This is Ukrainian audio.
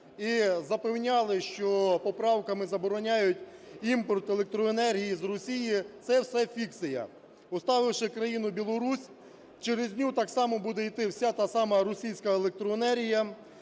і запевняли що поправками забороняють імпорт електроенергії з Росії, це все фікція, оставивши країну Білорусь, через неї так само буде іти вся та сама російська електроенергія,